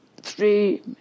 three